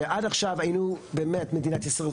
שעד עכשיו היינו באמת מדינת ישראל,